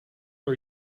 are